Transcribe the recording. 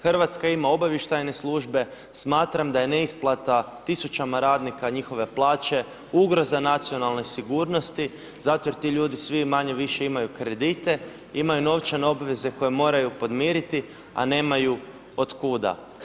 Hrvatska ima obavještajne službe smatram da je neisplata tisućama radnika njihove plaće ugroza nacionalne sigurnosti zato jer ti ljudi svi manje-više imaju kredite, imaju novčane obveze koje moraju podmiriti, a nemaju od kuda.